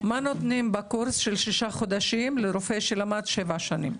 מה נותנים בקורס של שישה חודשים לרופא שלמד שבע שנים?